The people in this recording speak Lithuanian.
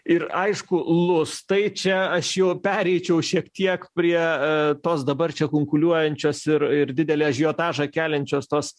ir aišku lustai čia aš jau pereičiau šiek tiek prie tos dabar čia kunkuliuojančios ir ir didelį ažiotažą keliančios tos